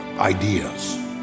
Ideas